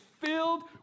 filled